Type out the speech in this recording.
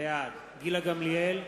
בעד גילה גמליאל,